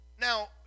Now